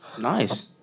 Nice